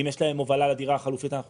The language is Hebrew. אם יש להם הובלה לדירה החלופית אנחנו